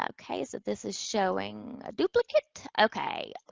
ah okay, so this is showing a duplicate. okay.